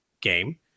game